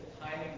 timing